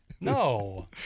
no